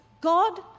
God